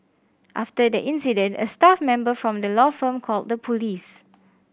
after the incident a staff member from the law firm called the police